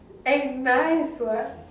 eh nice what